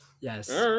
Yes